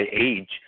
age